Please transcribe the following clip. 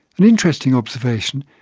an interesting observation,